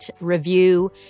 review